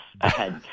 ahead